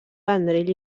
vendrell